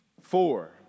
four